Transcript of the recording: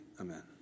Amen